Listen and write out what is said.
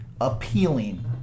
appealing